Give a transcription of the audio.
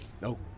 Nope